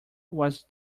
was